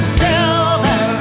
silver